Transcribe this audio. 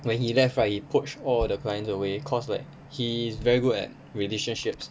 when he left right he poached all the clients away cause like he is very good at relationships